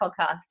podcast